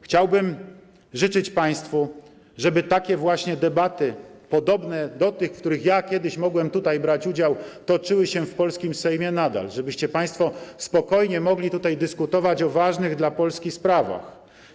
Chciałbym życzyć Państwu, żeby takie właśnie debaty, podobne do tych, w których ja kiedyś mogłem tutaj brać udział, toczyły się w polskim Sejmie nadal, żebyście Państwo spokojnie mogli tutaj dyskutować o ważnych dla Polski sprawach.